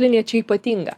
linija čia ypatinga